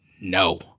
no